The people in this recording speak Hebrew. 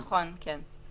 נכון, כן.